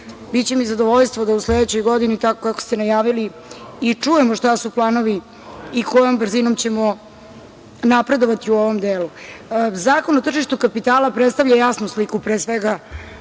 biće mi zadovoljstvo da u sledećoj godini, tako kako ste najavili, i čujemo šta su planovi i kojom brzinom ćemo napredovati u ovom delu. Zakon o tržištu kapitala predstavlja jasnu sliku, pre svega,